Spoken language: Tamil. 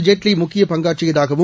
ஜேட்லி முக்கியப் பங்னற்றியதாகவும்